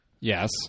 Yes